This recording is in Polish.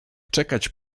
czekać